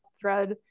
thread